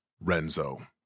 renzo